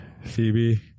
Phoebe